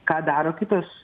ką daro kitos